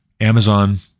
Amazon